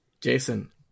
Jason